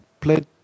played